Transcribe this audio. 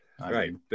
right